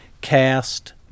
Cast